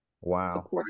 wow